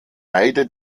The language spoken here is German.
beide